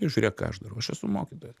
žiūrėk ką aš darau aš esu mokytojas